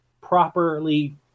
properly